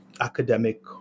academic